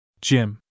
Jim